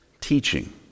teaching